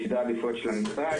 בסדרי העדיפויות של המשרד,